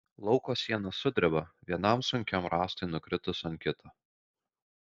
lauko siena sudreba vienam sunkiam rąstui nukritus ant kito